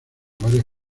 varias